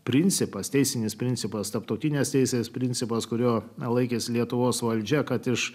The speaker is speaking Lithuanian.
principas teisinis principas tarptautinės teisės principas kurio laikėsi lietuvos valdžia kad iš